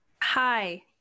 Hi